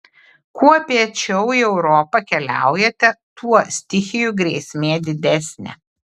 kuo piečiau į europą keliaujate tuo stichijų grėsmė didesnė